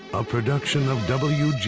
a production of wgbh.